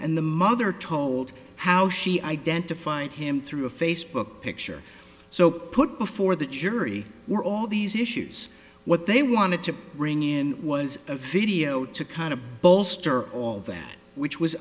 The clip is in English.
and the mother told how she identified him through a facebook picture so put before the jury were all these issues what they wanted to bring in was a video to kind of bolster all that which was